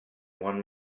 one